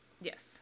Yes